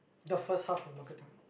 the first half of marketing